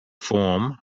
form